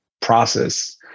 process